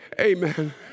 Amen